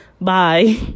Bye